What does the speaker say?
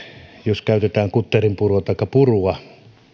jos käytetään kutterinpurua taikka purua